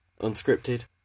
Unscripted